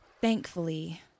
Thankfully